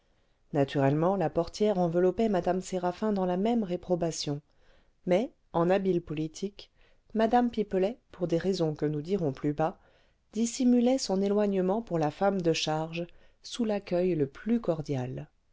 naturellement la portière enveloppait mme séraphin dans la même réprobation mais en habile politique mme pipelet pour des raisons que nous dirons plus bas dissimulait son éloignement pour la femme de charge sous l'accueil le plus cordial